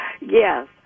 Yes